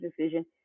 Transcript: decision